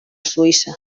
suïssa